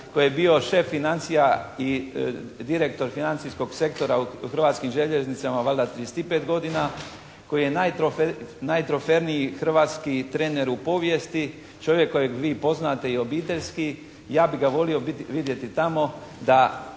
koji je bio šef financija i direktor Financijskog sektora u Hrvatskim željeznicama valjda 35 godina, koji je najtroferniji hrvatski trener u povijesti. Čovjek kojeg vi poznate i obiteljski. Ja bi ga volio vidjeti tamo